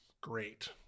great